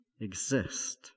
exist